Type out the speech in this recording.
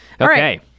Okay